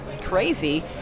crazy